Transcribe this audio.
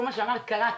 כל מה שאמרת, קרה.